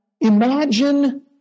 Imagine